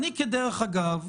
דרך אגב,